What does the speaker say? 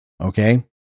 okay